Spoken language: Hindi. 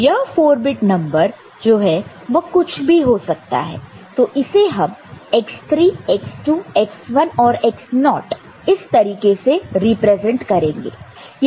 तो यह 4 बिट नंबर जो है वह कुछ भी हो सकता है तो इसे हम x3 x2 x1 और x0 इस तरीके से रिप्रेजेंट करेंगे